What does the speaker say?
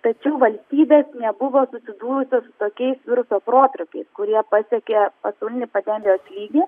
tačiau valstybės nebuvo susidūrusios su tokiais viruso protrūkiais kurie pasiekė pasaulinį pandemijos lygį